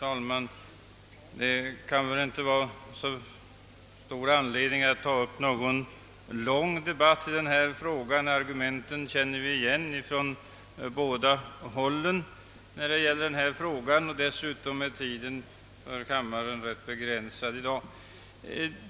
Herr talman! Det kan inte vara så stor anledning att ta upp någon lång debatt i denna fråga. Argumenten från båda hållen känner vi igen, och dessutom är kammarens tid rätt begränsad i dag.